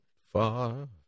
far